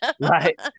Right